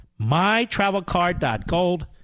mytravelcard.gold